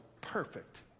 perfect